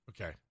Okay